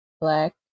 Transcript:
black